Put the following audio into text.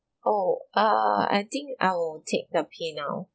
oh err I think I'll take the paynow